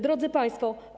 Drodzy Państwo!